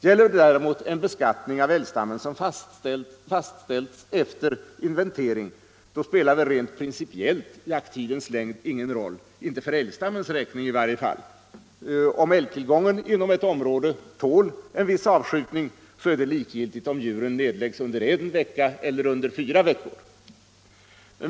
Gäller det däremot en beskattning av älgstammen, som fastställts efter inventering, spelar väl rent principiellt jakttidens längd ingen roll — inte för älgstammens räkning i varje fall. Om älgtillgången inom ett område tål en viss avskjutning är det likgiltigt om djuren nedläggs under en vecka eller under fyra veckor.